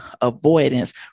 avoidance